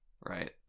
Right